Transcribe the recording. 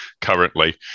currently